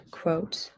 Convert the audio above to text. quote